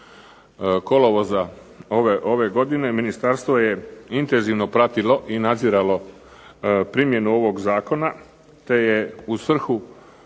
kolovoza ove godine ministarstvo je intenzivno pratilo i nadziralo primjenu ovog zakona te je u svrhu